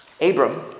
Abram